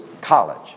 College